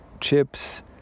chips